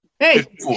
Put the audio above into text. Hey